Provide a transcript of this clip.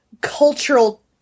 cultural